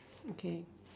okay